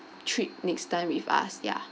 trip next time with us ya